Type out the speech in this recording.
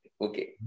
Okay